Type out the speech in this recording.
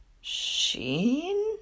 Sheen